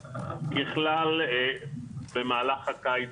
ככלל, במהלך הקיץ